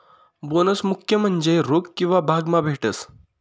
bonus मुख्य म्हन्जे रोक किंवा भाग मा भेटस